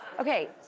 Okay